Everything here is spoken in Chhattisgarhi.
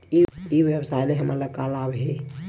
ई व्यवसाय से हमन ला का लाभ हे?